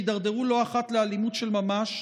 שהידרדרו לא אחת לאלימות של ממש,